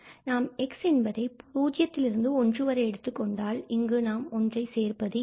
நாம் x என்பதை 0 இருந்து 1 வரை எடுத்துக் கொண்டால் இங்கு நாம் ஒன்றை சேர்ப்பது இல்லை